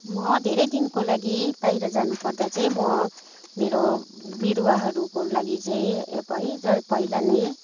म धेरै दिनको लागि बाहिर जानुपर्दा चाहिँ म मेरो बिरुवाहरूको लागि चाहिँ है र पहिला नै